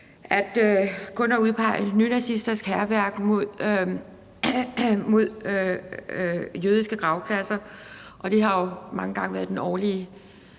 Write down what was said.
at udpege nynazisters hærværk mod jødiske gravpladser. Det har jo mange gange været den årlige